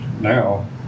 now